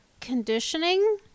conditioning